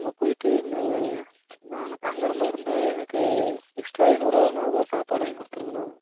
அங்கே போய்விட்டு நான் அங்கே தங்கிற மாதிரி இருந்தால் எனக்கு எக்ஸ்ட்ரா ஐநூறுருபா வருண்ணா அது ஒரு சாப்பாடு வாங்கி கொடுத்துருங்கண்ணா